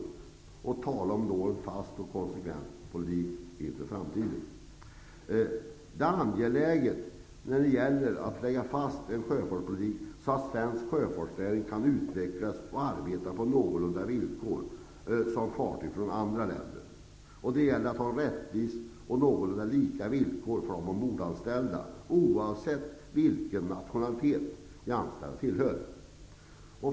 Tala då om en fast och konsekvent politik inför framtiden! Det är angeläget att lägga fast en sjöfartspolitik som innebär att svensk sjöfartsnäring kan utvecklas och verka på någorlunda lika villkor jämfört med andra länder. Det gäller att få rättvisa och lika villkor för de ombordanställda, oavsett vilken nationalitet de anställda har.